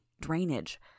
Drainage